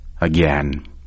again